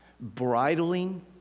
Bridling